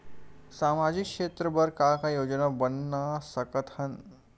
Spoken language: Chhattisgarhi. सामाजिक क्षेत्र बर का का योजना बना सकत हन?